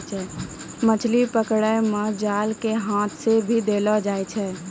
मछली पकड़ै मे जाल के हाथ से भी देलो जाय छै